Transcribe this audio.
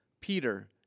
Peter